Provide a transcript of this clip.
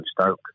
Stoke